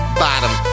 bottom